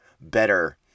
better